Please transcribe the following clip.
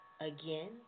Again